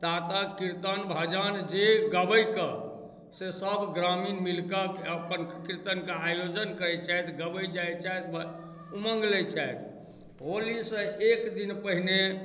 तातक कीर्तन भजन जे गबै कऽ से सब ग्रामीण मिल कऽ अपन कीर्तनके आयोजन करैत छथि गबैत जाइत छथि ऊमङ्ग लै छथि होलीसँ एक दिन पहिने